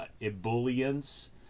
ebullience